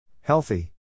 Healthy